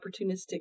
opportunistic